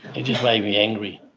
it just made me angry.